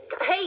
hey